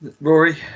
Rory